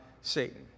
Satan